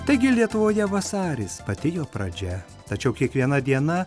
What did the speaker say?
taigi lietuvoje vasaris pati jo pradžia tačiau kiekviena diena